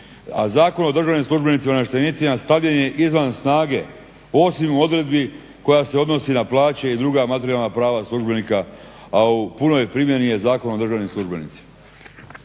a Zakon o državnim službenicima i namještenicima stavljen je izvan snage osim odredbi koja se odnosi na plaće i druga materijalna službenika, a u punoj primjeni je Zakon o državnim službenicima.